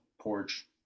porch